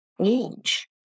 age